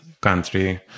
country